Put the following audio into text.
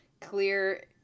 clear